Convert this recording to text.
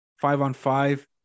five-on-five